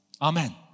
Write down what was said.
Amen